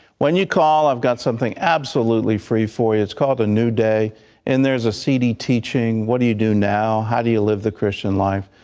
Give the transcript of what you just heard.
when you call i've got something absolutely free for its called a new day and there's a cd teaching what do you do now how do you live the christian life.